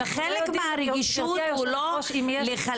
חלק מהרגישות הוא לא --- אנחנו לא יודעים,